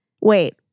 Wait